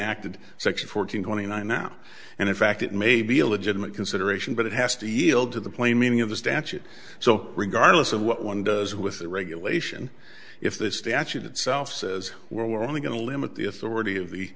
acted section fourteen twenty nine now and in fact it may be a legitimate consideration but it has to yield to the plain meaning of the statute so regardless of what one does with that regulation if the statute itself says we're only going to limit the authority of the